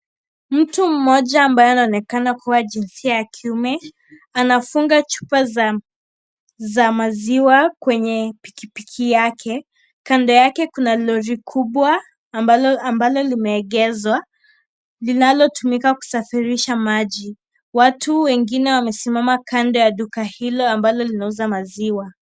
Mtu mmoja ambaye anaonekana kuwa jinsia ya kiume. Anafunga chupa za maziwa kwenye pikipiki yake. Kando yake, kuna lori kubwa ambalo limeegeshwa, linalotumika kusafirisha maji. Watu wengine wamesimama kando la duka hilo linalouza maziwa.